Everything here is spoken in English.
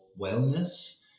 wellness